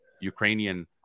Ukrainian